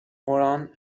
koran